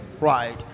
Right